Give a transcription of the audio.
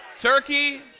Turkey